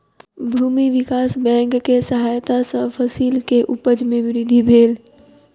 भूमि विकास बैंक के सहायता सॅ फसिल के उपज में वृद्धि भेल